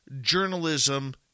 journalism